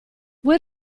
vuoi